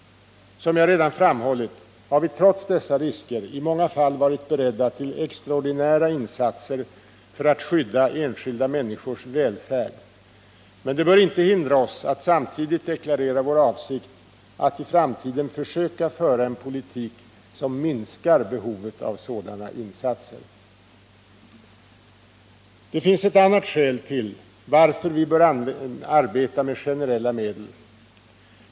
Som jag redan framhållit har vi trots dessa risker i många fall varit beredda till extraordinära insatser för att skydda enskilda människors välfärd, men det bör inte hindra oss att samtidigt deklarera vår avsikt att i framtiden försöka föra en politik som minskar behovet av sådana insatser. Det finns ett annat skäl till varför vi bör arbeta med generella medel.